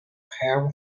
ham